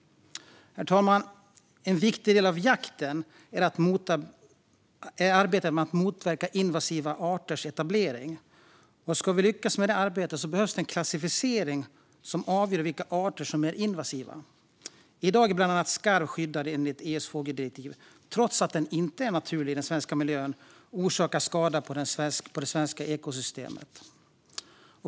Herr talman! En viktig del av jakten är arbetet med att motverka invasiva arters etablering. Om vi ska lyckas med det arbetet behövs en klassificering som avgör vilka arter som är invasiva. I dag är bland annat skarv skyddad enligt EU:s fågeldirektiv, trots att den inte är naturlig i den svenska miljön och orsakar skada på det svenska ekosystemet.